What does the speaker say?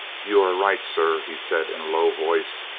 you are right, sir, he said in a low voice.